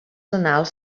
annals